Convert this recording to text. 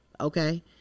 okay